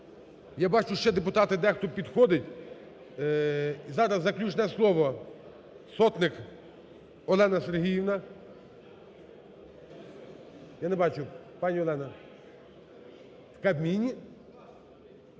Я бачу, ще депутати, дехто підходить. Зараз заключне слово Сотник Олена Сергіївна. Я не бачу. Пані Олена. В Кабміні?